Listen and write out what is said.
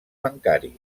bancaris